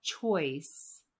choice